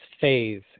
phase